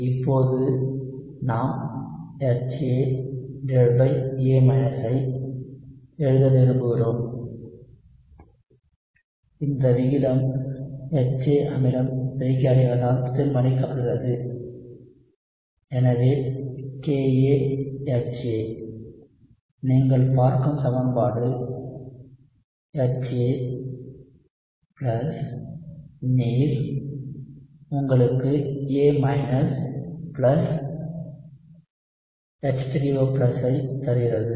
இப்போது நாம் HAA ஐ எழுத விரும்புகிறோம் இந்த விகிதம் HA அமிலம் பிரிகையடைவதால் தீர்மானிக்கப்படுகிறது எனவே KaHA எனவே நீங்கள் பார்க்கும் சமன்பாடு HA நீர் உங்களுக்கு A H3O ஐத் தருகிறது